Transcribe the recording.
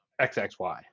XXY